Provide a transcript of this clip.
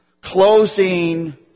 closing